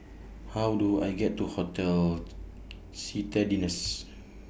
How Do I get to Hotel Citadines